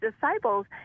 disciples